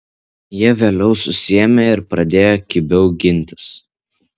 jie vėliau susiėmė ir pradėjo kibiau gintis